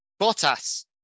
Bottas